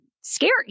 scary